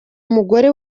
mugore